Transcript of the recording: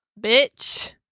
Bitch